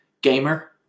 Gamer